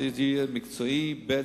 שזה יהיה מקצועי, ב.